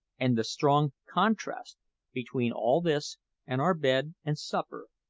and the strong contrast between all this and our bed and supper,